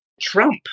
Trump